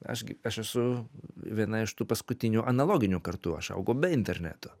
aš gi aš esu viena iš tų paskutinių analoginių kartų aš augau be interneto